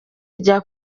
rya